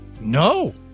No